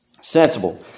Sensible